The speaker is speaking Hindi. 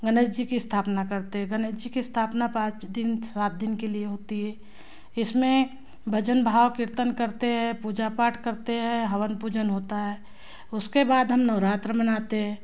गणेश जी की स्थापना करते हैं गणेश जी की स्थापना पाँच दिन सात दिन के लिए होती है इसमे भजन भाव कीर्तन करते है पूजा पाठ करते हैं हवन पूजन होता है उसके बाद हम नवरात्र मनाते हैं